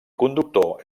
conductor